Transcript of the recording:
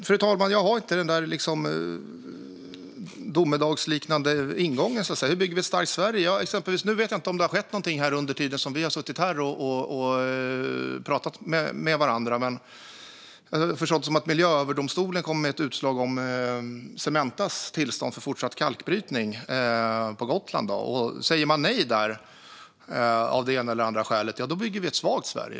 Fru talman! Jag har inte den där domedagsliknande ingången. Hur bygger vi ett starkt Sverige? Ett utslag från Mark och miljööverdomstolen om Cementas tillstånd för fortsatt kalkbrytning på Gotland är på gång, och säger man nej av ett eller annat skäl bygger vi ett svagt Sverige.